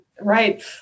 Right